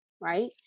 right